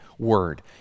word